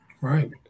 Right